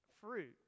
fruit